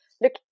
look